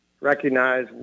recognize